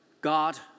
God